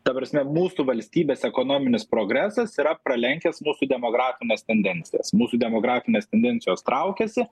ta prasme mūsų valstybės ekonominis progresas yra pralenkęs mūsų demografines tendencijas mūsų demografinės tendencijos traukiasi